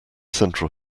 central